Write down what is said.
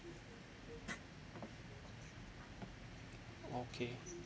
okay